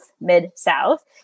mid-South